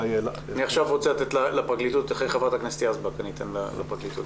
אחרי חברת הכנסת יזבק, אני אתן לפרקליטות.